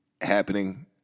happening